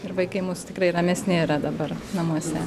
ir vaikai mūsų tikrai ramesni yra dabar namuose